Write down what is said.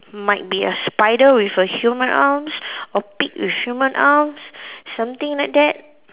might be a spider with a human arms or pig with human arms something like that